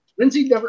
Lindsey